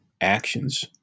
actions